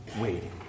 waiting